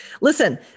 Listen